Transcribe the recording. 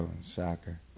soccer